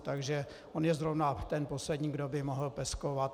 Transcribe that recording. Takže on je zrovna ten poslední, kdo by mohl peskovat.